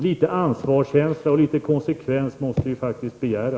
Litet ansvarskänsla och litet konsekvens måste vi faktiskt begära.